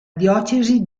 diocesi